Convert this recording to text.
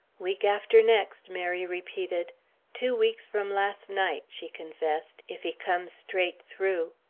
week after next, mary repeated two weeks from last night, she confessed, if he comes straight through.